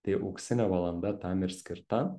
tai auksinė valanda tam ir skirta